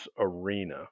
arena